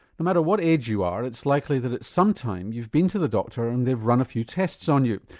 no matter what age you are, it's likely that at some time you've been to the doctor and they've run a few tests on you.